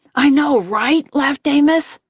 i know, right? laughed amos.